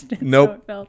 Nope